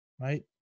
right